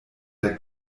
der